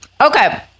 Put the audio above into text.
Okay